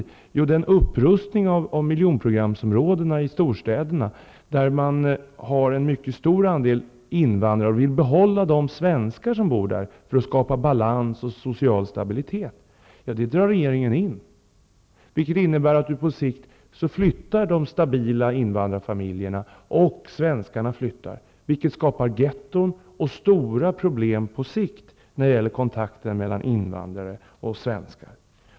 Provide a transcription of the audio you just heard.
Jo, beträffande den upprustning av miljonprogramsområdena i storstäderna, där andelen invandrare är mycket stor och där man vill behålla de svenska invånarna för att skapa balans och social stabilitet, drar regeringen in. På sikt flyttar således stabila invandrarfamiljer och även svenskarna. Det gör att getton uppstår. Det blir alltså stora problem på sikt när det gäller kontakterna mellan invandrare och svenskar.